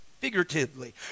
Figuratively